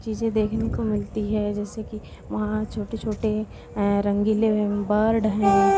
चीज़ें देखने को मिलती है जैसे कि वहाँ छोटे छोटे रंगीले बर्ड हैं